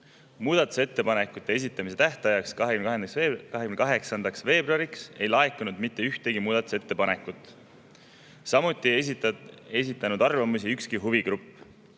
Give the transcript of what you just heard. Muudatusettepanekute esitamise tähtajaks, 28. veebruariks ei laekunud mitte ühtegi muudatusettepanekut, samuti ei esitanud arvamusi ükski huvigrupp.